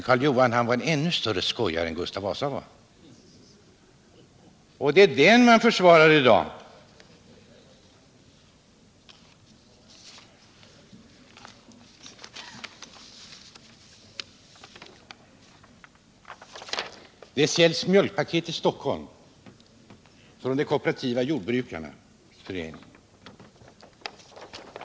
Karl Johan — och det är honom man försvarar i dag — var en ännu större skojare än Gustav Vasa. förening.